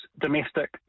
domestic